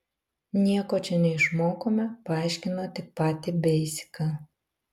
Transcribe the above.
nieko čia neišmokome paaiškino tik patį beisiką